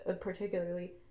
particularly